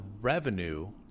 revenue